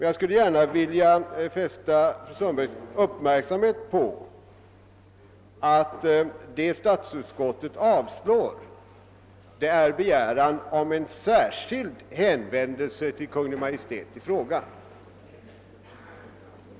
Jag skulle gärna vilja fästa fru Sundbergs uppmärksamhet på att vad statsutskottet avstyrker är begäran om en särskild hänvändelse till Kungl. Maj:t i frågan.